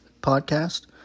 podcast